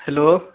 hello